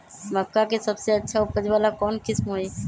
मक्का के सबसे अच्छा उपज वाला कौन किस्म होई?